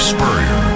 Spurrier